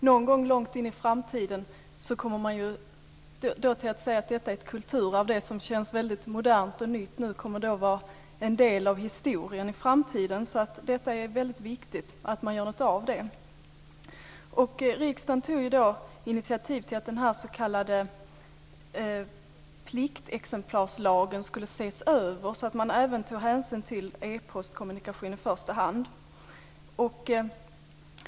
Någon gång långt in i framtiden kommer man att säga att detta är ett kulturarv. Det som nu känns modernt och nytt kommer att vara en del av historien i framtiden, så det är väldigt viktigt att man gör något av det. Riksdagen tog i dag initiativ till att den s.k. pliktexemplarslagen ska ses över, så att man även tar hänsyn till e-postkommunikation i första hand.